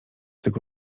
tego